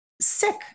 sick